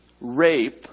rape